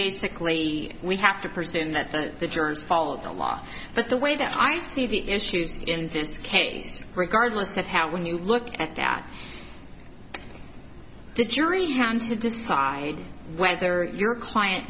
basically we have to proceed in that first the germs follow the law but the way that i see the issues in this case regardless of how when you look at that the jury hands to decide whether your client